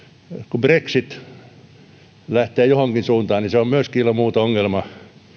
kun brexit lähtee johonkin suuntaan niin se on myöskin ilman muuta ongelma